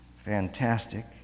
Fantastic